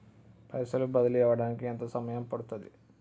పైసలు బదిలీ అవడానికి ఎంత సమయం పడుతది?